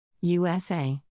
USA